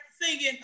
singing